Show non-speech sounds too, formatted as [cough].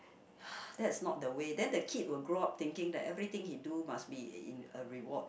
[breath] that's not the way then the kids will grow up thinking that everything he do must be in a reward